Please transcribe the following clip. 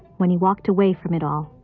when he walked away from it all.